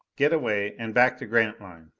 get away and back to grantline.